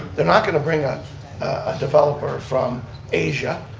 they're not going to bring ah a developer from asia,